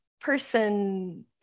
person